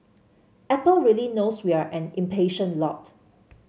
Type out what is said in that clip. apple really knows we are an impatient lot